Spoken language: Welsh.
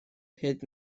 hyd